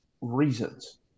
reasons